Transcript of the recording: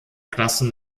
klassen